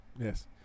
Yes